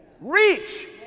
reach